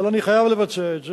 אבל אני חייב לבצע את זה,